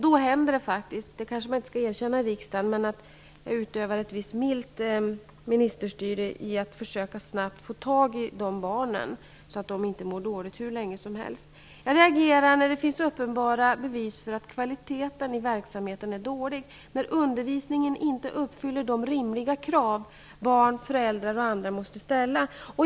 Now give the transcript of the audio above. Det händer faktiskt -- det kanske jag inte skall erkänna här i riksdagen -- att jag utövar ett visst milt ministerstyre genom att snabbt försöka att få tag i de barnen så att de inte mår dåligt hur länge som helst. Jag reagerar när det finns uppenbara bevis för att kvaliteten i verksamheten är dålig eller undervisningen inte uppfyller de rimliga krav barn, föräldrar och andra måste ställa.